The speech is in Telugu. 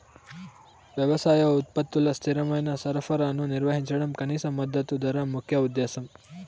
వ్యవసాయ ఉత్పత్తుల స్థిరమైన సరఫరాను నిర్వహించడం కనీస మద్దతు ధర ముఖ్య ఉద్దేశం